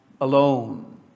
alone